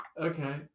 Okay